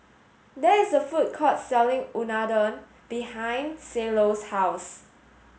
there is a food court selling Unadon behind Cielo's house